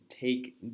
take